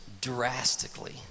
drastically